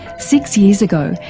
six years ago,